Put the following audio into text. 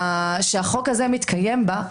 שהחוק הזה מתקיים בה,